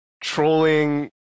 trolling